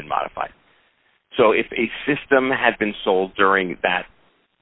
been modified so if a system had been sold during that